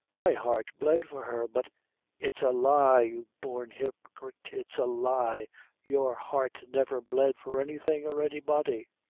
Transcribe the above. my heart bled for her but it's a lie, you born hypocrite it's a lie your heart never bled for anything, or anybody.